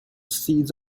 seeds